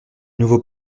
nouveau